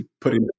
putting